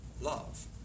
love